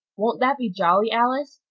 won't that be jolly, alice?